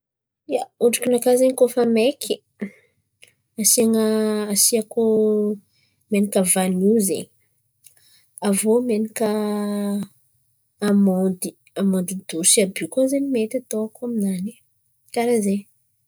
ia, odrikinaka zen̈y koa fa maiky asian̈a, asiako menaka vanio zen̈y. Avô menaka amandy, amandy dosy àby io koa zen̈y mety ataoko aminany. Karazen̈y!